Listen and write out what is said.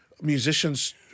musicians